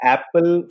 Apple